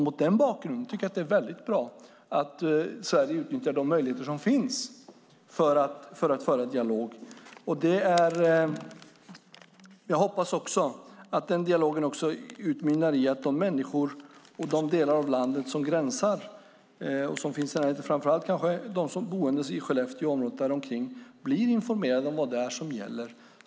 Mot den bakgrunden tycker jag att det är mycket bra att Sverige utnyttjar de möjligheter som finns att föra dialog. Jag hoppas att den dialogen också utmynnar i att de människor som finns i närheten, framför allt kanske de boende i Skellefteå och området däromkring, blir informerade om vad som gäller.